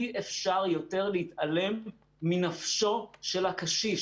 אי-אפשר יותר להתעלם מנפשו של הקשיש.